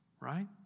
Right